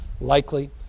likely